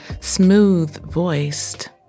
smooth-voiced